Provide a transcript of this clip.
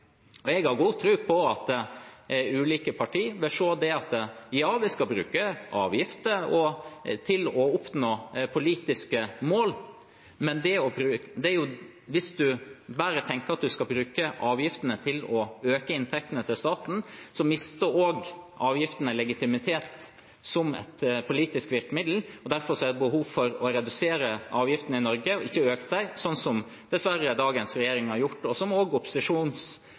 Norge. Jeg har god tro på at ulike partier vil se at, ja, vi skal bruke avgifter til å oppnå politiske mål. Men hvis man bare tenker at man skal bruke avgiftene til å øke inntektene til staten, mister også avgiftene legitimitet som et politisk virkemiddel. Derfor er det behov for å redusere avgiftene i Norge, ikke å øke dem, slik dagens regjering dessverre har gjort – og som også opposisjonspartier dessverre har hevet seg på. Senterpartiet beskriver også en negativ inntektsutvikling i jordbruket og